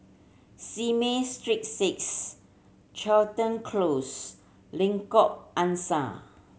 Simei Street Six Crichton Close Lengkok Angsa